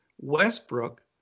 Westbrook